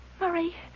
Murray